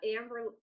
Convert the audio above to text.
Amber